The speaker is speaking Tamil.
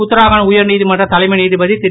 உத்ராகண்ட் உயர்நீதமன்ற தலைமை நீதிபதி திரு